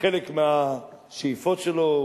חלק מהשאיפות שלו,